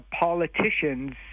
politicians